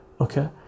okay